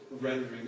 rendering